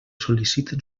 sol·liciten